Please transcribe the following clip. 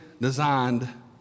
designed